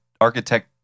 architect